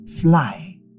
fly